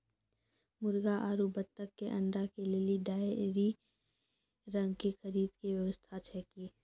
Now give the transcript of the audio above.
मुर्गी आरु बत्तक के अंडा के लेली डेयरी रंग के खरीद के व्यवस्था छै कि?